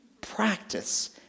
Practice